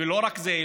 ולא רק זה,